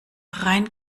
rein